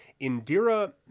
Indira